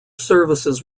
services